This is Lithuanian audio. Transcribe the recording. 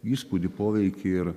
įspūdį poveikį ir